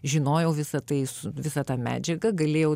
žinojau visą tai su visą tą medžiagą galėjau